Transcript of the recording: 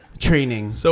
training